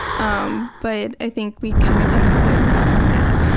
um but i think we kind of connected on that.